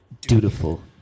dutiful